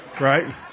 Right